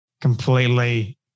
completely